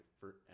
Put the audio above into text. forever